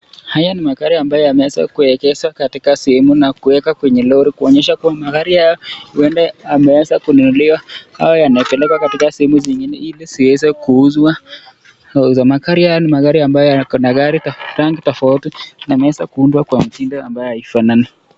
Haya ni magari ambayo yameweza kuegeshwa katika sehemu na kuwekwa kwenye lori, kuonyesha kuwa magari haya yameweza kununuliwa au yanapelekwa katika sehemu zingine ili ziweze kuuzwa. Magari haya ni magari ambaye kuna gari rangi tofauti na imeeza kuundwa kwa mtindo ambaye haifanani.